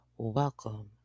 Welcome